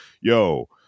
Yo